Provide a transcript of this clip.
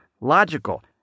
logical